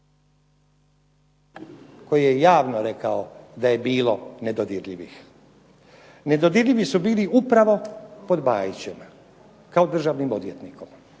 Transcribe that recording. koji je javno rekao da je bilo nedodirljivih. Nedodirljivi su upravo bili pod Bajićem kao državnim odvjetnikom.